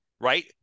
Right